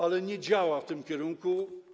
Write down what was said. Ale nie działa w tym kierunku.